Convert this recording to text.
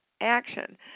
action